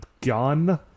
gun